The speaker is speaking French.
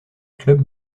club